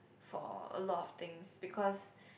for a lot of things because